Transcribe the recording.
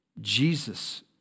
Jesus